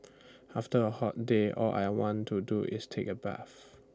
after A hot day all I want to do is take A bath